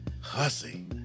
Hussy